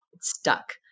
stuck